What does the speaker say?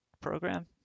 program